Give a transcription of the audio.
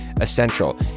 essential